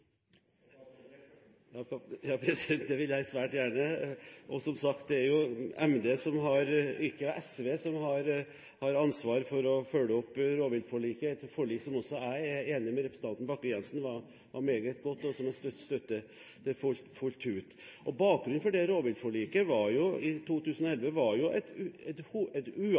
Det vil jeg svært gjerne. Som sagt er det Miljøverndepartementet, ikke SV, som har ansvar for å følge opp rovviltforliket, et forlik som også jeg er enig med representanten Bakke-Jensen i at var meget godt, og som jeg støtter fullt ut. Bakgrunnen for dette rovviltforliket i 2011 var jo